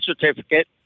certificate